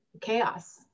chaos